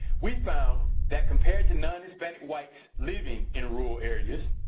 we found that compared to non-hispanic whites living in rural areas,